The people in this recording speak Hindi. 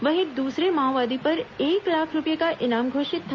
वहीं दूसरे माओवादी पर एक लाख रूपये का इनाम घोषित था